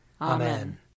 Amen